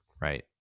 right